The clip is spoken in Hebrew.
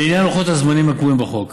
לעניין לוחות הזמנים הקבועים בחוק,